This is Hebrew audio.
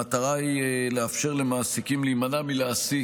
המטרה היא לאפשר למעסיקים להימנע מלהעסיק